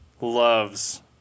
Loves